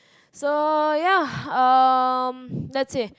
so ya um that's it